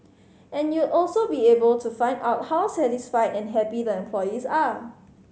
and you also be able to find out how satisfied and happy the employees are